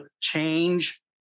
change